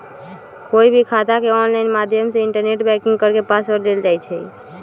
कोई भी खाता के ऑनलाइन माध्यम से इन्टरनेट बैंकिंग करके पासवर्ड लेल जाई छई